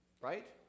Right